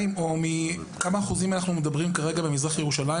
כמה אחוזים מכלל התלמידים במזרח ירושלים,